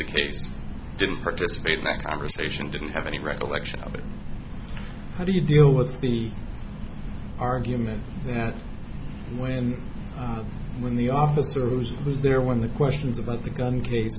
the case didn't participate in that conversation didn't have any recollection of it how do you deal with the argument that when the when the officers was there when the questions about the gun cases